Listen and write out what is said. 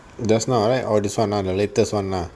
just now right or this one ah the latest one lah